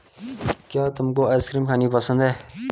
क्या तुमको आइसक्रीम खानी पसंद है?